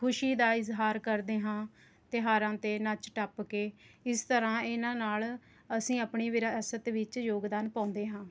ਖੁਸ਼ੀ ਦਾ ਇਜ਼ਹਾਰ ਕਰਦੇ ਹਾਂ ਤਿਉਹਾਰਾਂ 'ਤੇ ਨੱਚ ਟੱਪ ਕੇ ਇਸ ਤਰ੍ਹਾਂ ਇਹਨਾਂ ਨਾਲ ਅਸੀਂ ਆਪਣੀ ਵਿਰਾਸਤ ਵਿੱਚ ਯੋਗਦਾਨ ਪਾਉਂਦੇ ਹਾਂ